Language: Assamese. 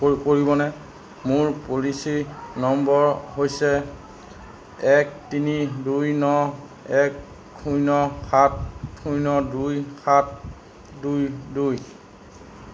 প পৰিবনে মোৰ পলিচি নম্বৰ হৈছে এক তিনি দুই ন এক শূন্য সাত শূন্য দুই সাত দুই দুই